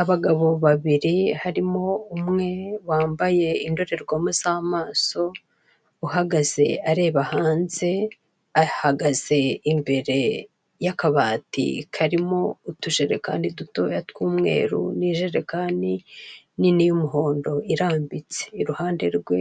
Abagabo babiri harimo umwe wambaye indorerwamo z'amaso uhagaze areba hanze, ahagaze imbere y'akabati karimo utujerekani dutoya tw'umweru n'ijerekani nini y'umuhondo irambitse, iruhande rwe